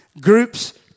groups